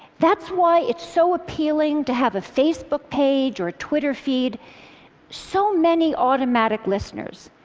that's why it's so appealing to have a facebook page or a twitter feed so many automatic listeners.